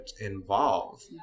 involved